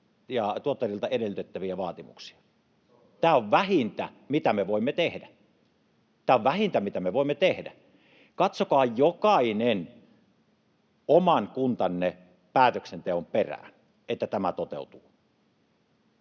tuottajiltamme edellytettäviä vaatimuksia. Tämä on vähintä, mitä me voimme tehdä — tämä on vähintä, mitä me voimme tehdä. Katsokaa jokainen oman kuntanne päätöksenteon perään, että tämä toteutuu.